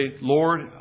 Lord